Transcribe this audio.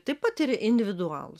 taip pat ir individualūs